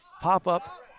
pop-up